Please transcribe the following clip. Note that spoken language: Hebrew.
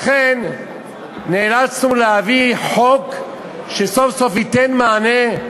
לכן נאלצנו להביא חוק שסוף-סוף ייתן מענה.